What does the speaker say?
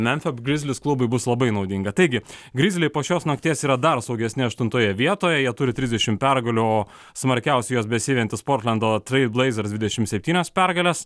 memfio grizzlies klubui bus labai naudinga taigi grizliai po šios nakties yra dar saugesni aštuntoje vietoj jie turi trisdešim pergalių o smarkiausiai juos besivejantis portlando trail blazers dvidešim septynios pergales